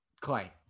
Clay